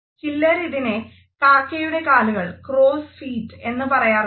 ചിലരിതിനെ കാക്കയുടെ കാലുകൾ എന്ന് പറയാറുണ്ട്